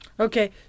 Okay